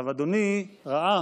אדוני ראה